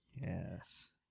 Yes